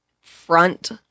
front